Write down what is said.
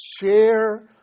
share